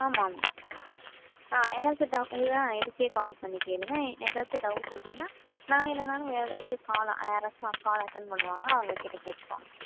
ஆமாம் ஆ ஏதாச்சும் டவுட் இது தான் இதுக்கே கால் பண்ணி கேளுங்க ஏதாச்சும் டவுட் அப்படின்னா நான் இல்லைனாலும் வேறு ஏதாச்சும் காலை யாராச்சும் காலை அட்டென்ட் பண்ணுவாங்க அவங்கக்கிட்ட கேட்டுக்கோங்க